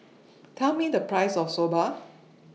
Tell Me The Price of Soba